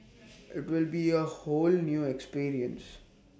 IT will be A whole new experience